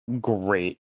great